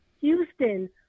Houston